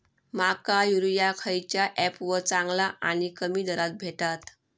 माका युरिया खयच्या ऍपवर चांगला आणि कमी दरात भेटात?